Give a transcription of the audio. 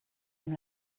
amb